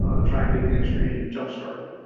um to try and get the industry jump-started.